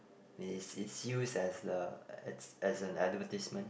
it's it's used as the as as an advertisement